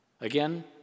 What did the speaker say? Again